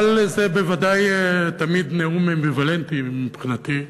זה בוודאי תמיד נאום אמביוולנטי מבחינתי,